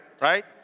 right